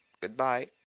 goodbye